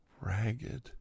ragged